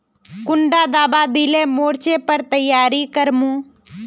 कुंडा दाबा दिले मोर्चे पर तैयारी कर मो?